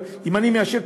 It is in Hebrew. אם אני מאשר,